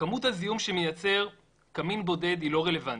כמות הזיהום שמייצר קמין בודד היא לא רלוונטית.